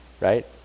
Right